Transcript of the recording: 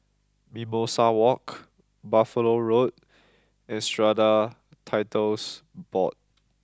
Mimosa Walk Buffalo Road and Strata Titles Board